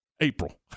April